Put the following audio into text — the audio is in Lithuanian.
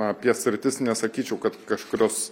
apie sritis nesakyčiau kad kažkurios